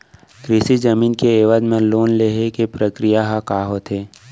कृषि जमीन के एवज म लोन ले के प्रक्रिया ह का होथे?